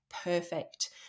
perfect